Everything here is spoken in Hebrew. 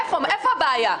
איפה הבעיה.